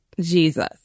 Jesus